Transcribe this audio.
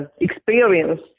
experience